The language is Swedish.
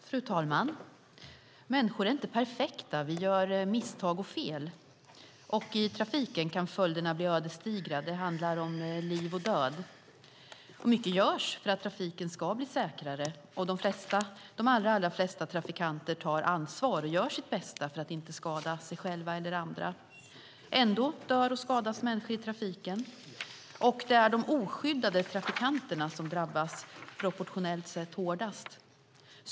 Fru talman! Människor är inte perfekta. Vi gör misstag och fel, och i trafiken kan följderna bli ödesdigra. Det handlar om liv och död. Mycket görs för att trafiken ska bli säkrare, och de allra flesta trafikanter tar ansvar och gör sitt bästa för att inte skada sig själva eller andra. Ändå dör och skadas människor i trafiken, och det är de oskyddade trafikanterna som proportionellt sett drabbas hårdast.